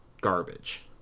garbage